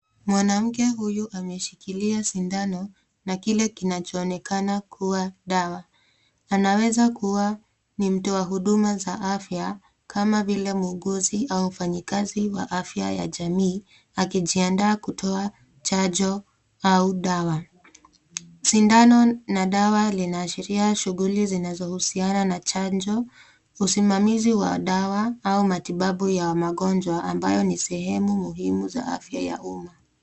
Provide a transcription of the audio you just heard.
Mwanamke huyu ameshikilia sindano na kinachoonekana kuwa dawa. Anaweza kuwa ni mtu wa huduma za afya, kama vile muuguzi au mfanyikazi wa afya ya jamii, akijiandaa kutoa chajo au dawa. Sindano na dawa linaashiria shughuli zinazohusiana na chanjo, usimamizi wa dawa au matibabu ya wagonjwa ambayo ni sehemu muhimu za afya ya umma.